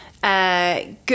Good